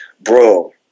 bro